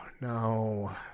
No